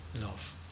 love